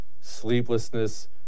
sleeplessness